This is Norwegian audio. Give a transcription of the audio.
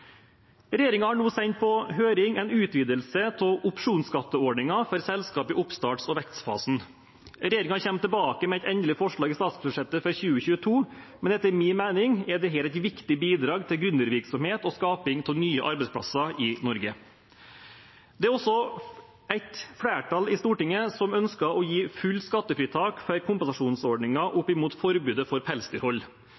har nå sendt på høring en utvidelse av opsjonsskatteordningen for selskap i oppstarts- og vekstfasen. Regjeringen kommer tilbake med et endelig forslag i statsbudsjettet for 2022, men etter min mening er dette et viktig bidrag til gründervirksomhet og skaping av nye arbeidsplasser i Norge. Det er også et flertall i Stortinget som ønsker å gi fullt skattefritak for